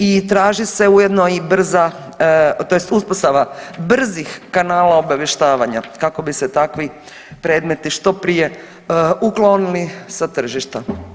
I traži se ujedno i brza, tj. uspostava brzih kanala obavještavanja kako bi se takvi predmeti što prije uklonili sa tržišta.